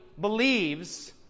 believes